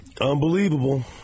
Unbelievable